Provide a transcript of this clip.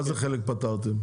מה זה חלק פתרתם?